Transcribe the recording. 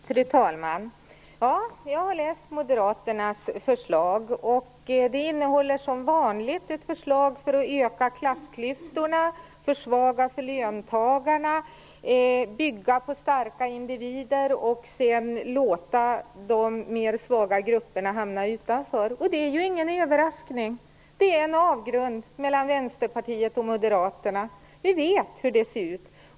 Fru talman! Jag har läst moderaternas förslag. Det är som vanligt ett förslag för att öka klassklyftorna, försvaga för löntagarna, bygga på starka individer och sedan låta de mer svaga grupperna hamna utanför. Och det är ju ingen överraskning. Det är en avgrund mellan Vänsterpartiet och Moderaterna. Vi vet hur det ser ut.